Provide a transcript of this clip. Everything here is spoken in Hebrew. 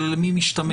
אלא מי משתמש.